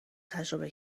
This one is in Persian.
تجربه